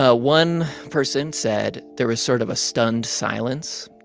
ah one person said there was sort of a stunned silence.